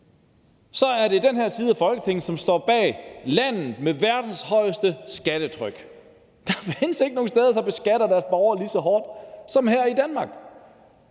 er det den her side af Folketinget, som står bag landet med verdens højeste skattetryk. Der findes ikke nogen steder, der beskatter deres borgere lige så hårdt som her i Danmark.